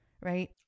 right